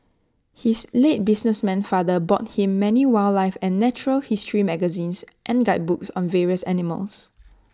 his late businessman father bought him many wildlife and natural history magazines and guidebooks on various animals